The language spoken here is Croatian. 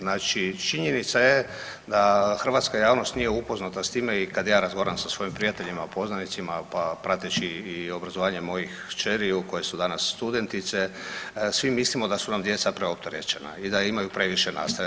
Znači činjenica je da hrvatska javnost nije upoznata s time i kad ja razgovaram sa svojim prijateljima, poznanicima pa prateći i obrazovanje mojih kćeri koje su danas studentice, svi mislimo da su nam djeca preopterećena i da imaju previše nastave.